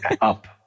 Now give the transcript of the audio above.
up